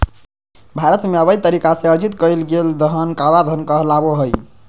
भारत में, अवैध तरीका से अर्जित कइल गेलय धन काला धन कहलाबो हइ